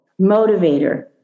motivator